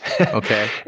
Okay